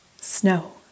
snow